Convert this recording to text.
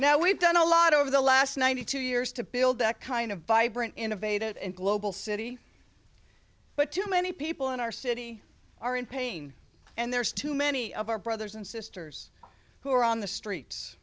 now we've done a lot over the last ninety two years to build that kind of vibrant innovative and global city but too many people in our city are in pain and there's too many of our brothers and sisters who are on the streets